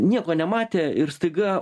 nieko nematė ir staiga